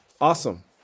Awesome